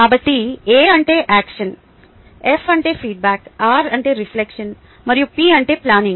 కాబట్టి a అంటే action f అంటే ఫీడ్బ్యాక్ r అంటే రిఫ్లెక్షన్ మరియు p అంటే ప్లానింగ్